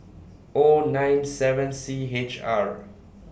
O nine seven C H R